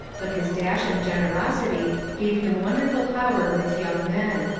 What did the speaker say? but his dash and generosity gave him wonderful power with young men.